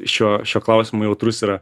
šio šio klausimo jautrus yra